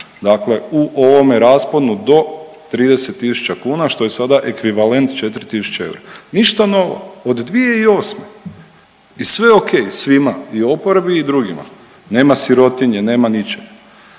Dakle, u ovome rasponu do 30.000 kuna što je sada ekvivalent 4.000 eura. Ništa novo od 2008. I sve ok svima i oporbi i drugima. Nema sirotinje, nema ničega.